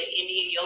Indian